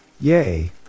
Yay